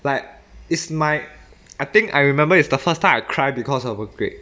like is my I think I remember is the first time I cried because of a grade